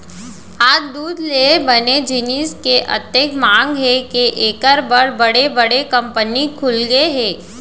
आज दूद ले बने जिनिस के अतेक मांग हे के एकर बर बड़े बड़े कंपनी खुलगे हे